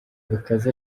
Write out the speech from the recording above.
bikaze